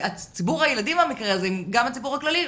ציבור הילדים במקרה הזה, וגם הציבור הכללי,